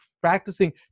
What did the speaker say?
practicing